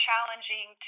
challenging